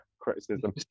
criticism